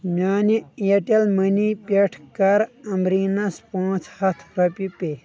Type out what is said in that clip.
میانہِ Airtel money پٮ۪ٹھ کَر عمبریٖنس پانٛژ ہَتھ رۄپیہِ پے